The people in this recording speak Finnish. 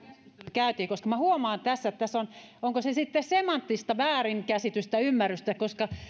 käytiin koska minä huomaan onko se sitten semanttista väärinkäsitystä tai ymmärrystä että